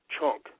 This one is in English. chunk